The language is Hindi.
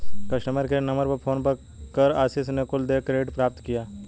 कस्टमर केयर नंबर पर फोन कर आशीष ने कुल देय क्रेडिट प्राप्त किया